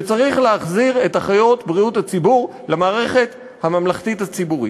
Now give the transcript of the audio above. שצריך להחזיר את אחיות בריאות הציבור למערכת הממלכתית הציבורית.